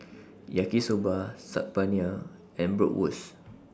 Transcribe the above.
Yaki Soba Saag Paneer and Bratwurst